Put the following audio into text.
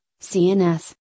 CNS